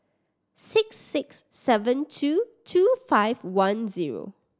six six seven two two five one zero